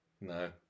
No